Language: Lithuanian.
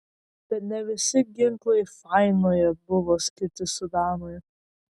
bet ne visi ginklai fainoje buvo skirti sudanui